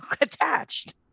attached